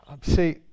See